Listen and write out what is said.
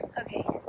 Okay